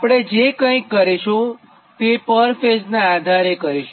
આપણે જે કંઇક કરીશું તે પર ફેઇઝ નાં આધારે કરીશું